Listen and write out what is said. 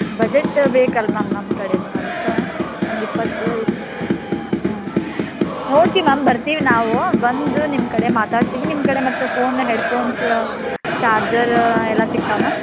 budget ಬೇಕಲ್ವ ma'am ನಮ್ಮ ಕಡೆನೂ ಅದಕ್ಕೆ ಒಂದು ಇಪ್ಪತ್ತು ಹ್ಞೂ ನೋಡ್ತೀವಿ ಮ್ಯಾಮ್ ಬರ್ತೀವಿ ನಾವು ಬಂದು ನಿಮ್ಮ ಕಡೆ ಮಾತಾಡ್ತೀವಿ ನಿಮ್ಮ ಕಡೆ ಮತ್ತೆ ಫೋನು ಹೆಡ್ಫೋನ್ಸು ಚಾರ್ಜರು ಎಲ್ಲ ಸಿಗ್ತಾವಾ ಮ್ಯಾಮ್